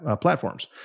platforms